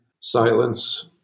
silence